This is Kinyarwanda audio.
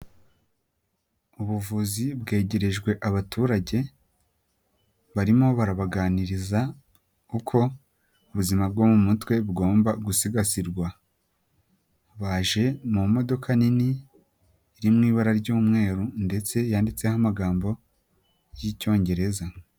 Ubuvuzi bwegerejwe abaturage, barimo barabaganiriza uko ubuzima bwo mu mutwe bugomba gusigasirwa, baje mu modoka nini iri mu ibara ry'umweru ndetse yanditseho amagambo y'icyongereza.